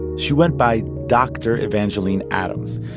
she went by dr. evangeline adams,